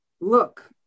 look